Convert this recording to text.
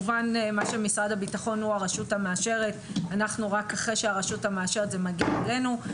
משרד הביטחון הוא הרשות המאשרת ורק אחרי שהרשות מאשרת זה מגיע אלינו.